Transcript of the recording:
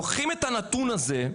לוקחים את הנתון הזה,